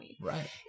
right